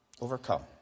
Overcome